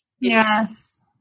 Yes